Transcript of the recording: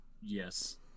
Yes